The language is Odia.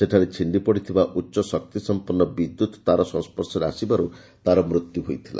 ସେଠାରେ ଛିଣ୍ଡିପଡ଼ିଥିବା ଉଚ ଶକ୍ତିସମ୍ମନ୍ନ ବିଦ୍ୟୁତ୍ ତାର ସଂସର୍ଷରେ ଆସିବାରୁ ତାର ମୃତ୍ୟୁ ହୋଇଥିଲା